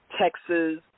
Texas